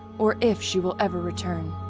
or if, she will ever return.